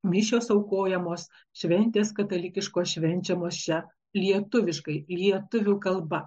mišios aukojamos šventės katalikiškos švenčiamos čia lietuviškai lietuvių kalba